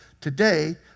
today